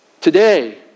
Today